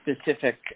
specific